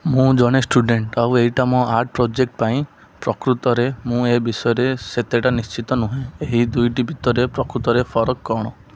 ମୁଁ ଜଣେ ଷ୍ଟୁଡ଼େଣ୍ଟ୍ ଆଉ ଏଇଟା ମୋ ଆର୍ଟ୍ ପ୍ରୋଜେକ୍ଟ୍ ପାଇଁ ପ୍ରକୃତରେ ମୁଁ ଏ ବିଷୟରେ ସେତେଟା ନିଶ୍ଟିତ ନୁହେଁ ଏ ଦୁଇଟି ଭିତରେ ପ୍ରକୃତରେ ଫରକ କ'ଣ